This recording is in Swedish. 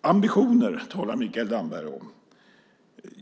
Ambitioner talar Mikael Damberg om.